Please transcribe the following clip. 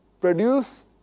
produce